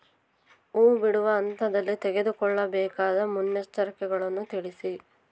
ಹೂ ಬಿಡುವ ಹಂತದಲ್ಲಿ ತೆಗೆದುಕೊಳ್ಳಬೇಕಾದ ಮುನ್ನೆಚ್ಚರಿಕೆಗಳನ್ನು ತಿಳಿಸಿ?